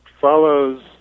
follows